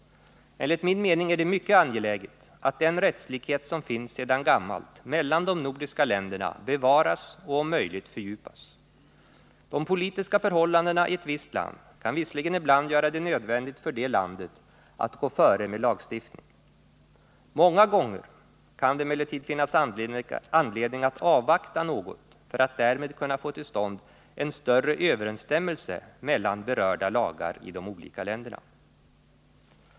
Enligt min mening är det mycket angeläget att den rättslikhet som finns sedan gammalt mellan de nordiska länderna bevaras och om möjligt fördjupas. De politiska förhållandena i ett visst land kan visserligen ibland göra det nödvändigt för det landet att gå före med lagstiftning. Många gånger kan det emellertid finnas anledning att avvakta något för att därmed kunna få till stånd en större överensstämmelse mellan berörda lagar i de olika länderna.